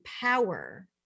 power